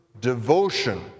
devotion